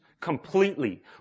completely